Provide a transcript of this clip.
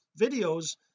videos